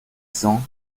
cents